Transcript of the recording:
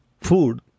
food